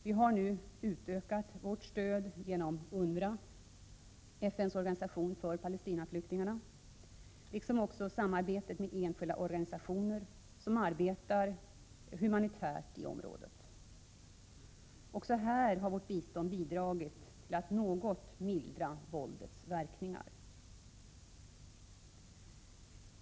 Vi har nu utökat vårt stöd genom UNRWA, FN:s organisation för Palestinaflyktingarna, liksom också samarbetet med enskilda organisationer som arbetar humanitärt i området. Också här har vårt bistånd bidragit till att något mildra våldets verkningar.